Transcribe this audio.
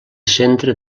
centre